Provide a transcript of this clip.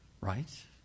Right